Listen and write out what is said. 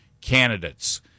candidates